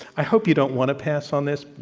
i hope you don't want to pass on this,